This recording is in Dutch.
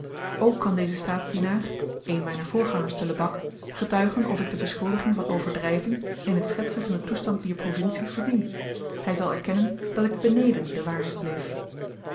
ook kan deze staatsdienaar een myner voorgangers te lebak getuigen of ik de beschuldiging van overdryving in t schetsen van den toestand dier provincie verdien hy zal erkennen dat ik beneden de waarheid bleef